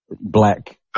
black